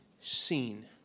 seen